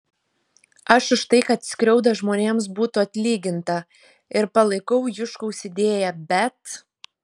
aš už tai kad skriauda žmonėms būtų atlyginta ir palaikau juškaus idėją bet